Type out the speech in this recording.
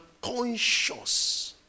conscious